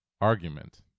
argument